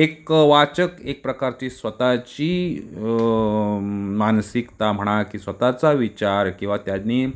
एक वाचक एक प्रकारची स्वतःची मानसिकता म्हणा की स्वतःचा विचार किंवा त्यांनी